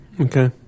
Okay